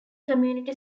community